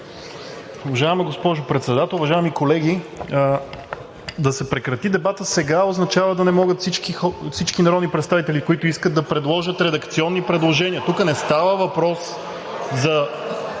Уважаема госпожо Председател, уважаеми колеги! Да се прекрати дебатът сега означава да не могат всички народни представители, които искат, да предложат редакционни предложения. Тук не става въпрос за